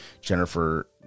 Jennifer